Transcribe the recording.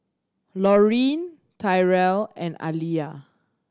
Laureen Tyrel and Alia